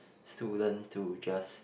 students to just